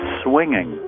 swinging